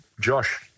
Josh